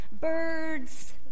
birds